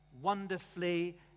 wonderfully